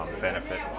benefit